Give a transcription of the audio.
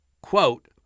quote